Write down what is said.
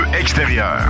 extérieur